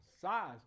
size